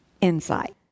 insight